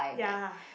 ya